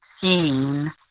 seeing